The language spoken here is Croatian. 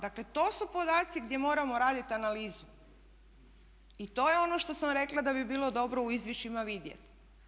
Dakle to su podaci gdje moramo raditi analizu i to je ono što sam rekla da bi bilo dobro u izvješćima vidjet.